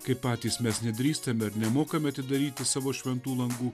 kai patys mes nedrįstame ir nemokame atidaryti savo šventų langų